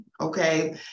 okay